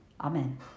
Amen